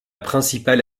principale